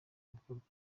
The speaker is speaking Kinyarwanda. gukorwa